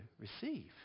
receive